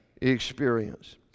experience